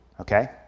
okay